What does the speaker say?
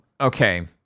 okay